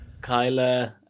kyler